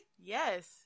Yes